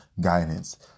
guidance